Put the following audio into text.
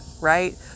right